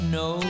no